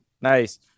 Nice